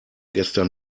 gestern